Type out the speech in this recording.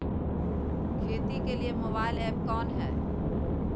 खेती के लिए मोबाइल ऐप कौन है?